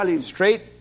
Straight